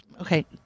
okay